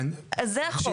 זה החוק.